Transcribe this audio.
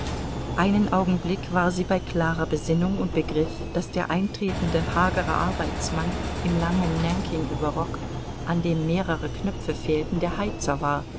einen augenblick war sie bei klarer besinnung und begriff daß der eintretende hagere arbeitsmann im langen nankingüberrock an dem mehrere knöpfe fehlten der heizer war